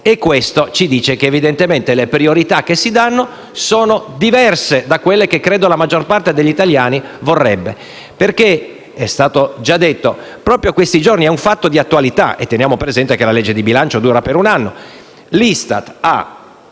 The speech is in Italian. Questo ci dice che evidentemente le priorità che si danno sono diverse da quelle che credo la maggior parte degli italiani vorrebbe. Come già detto, proprio in questi giorni, perché è un tema di attualità (e teniamo presente che la legge di bilancio dura un anno), l'Istat ha